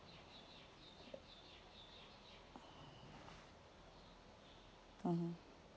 mmhmm